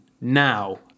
now